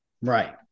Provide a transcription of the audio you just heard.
Right